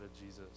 Jesus